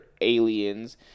aliens